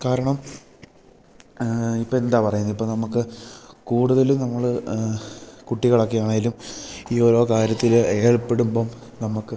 കാരണം ഇപ്പം എന്താ പറയുന്നത് ഇപ്പം നമുക്ക് കൂടുതലും നമ്മൾ കുട്ടികളൊക്കെ ആണെങ്കിലും ഈ ഓരോ കാര്യത്തിൽ ഏർപ്പെടുമ്പം നമുക്ക്